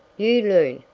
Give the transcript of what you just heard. you loon!